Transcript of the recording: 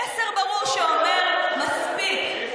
מסר ברור שאומר "מספיק",